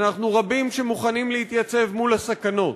אנחנו רבים שמוכנים להתייצב מול הסכנות.